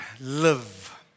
live